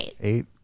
eight